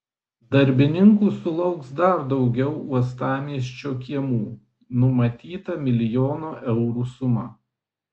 darbininkų sulauks dar daugiau uostamiesčio kiemų numatyta milijono eurų suma